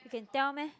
you can tell meh